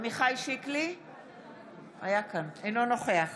אינו נוכח